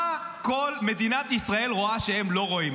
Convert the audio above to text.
מה כל מדינת ישראל רואה שהם לא רואים?